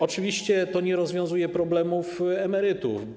Oczywiście, to nie rozwiązuje problemów emerytów.